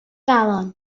galon